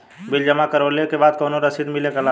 Bill जमा करवले के बाद कौनो रसिद मिले ला का?